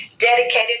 Dedicated